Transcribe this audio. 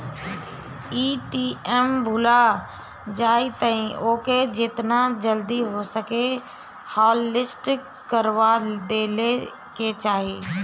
ATM भूला जाए तअ ओके जेतना जल्दी हो सके हॉटलिस्ट करवा देवे के चाही